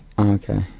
Okay